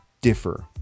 differ